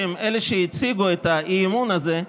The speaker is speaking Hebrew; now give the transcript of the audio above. שהם שהציגו את האי-אמון הזה: